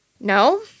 No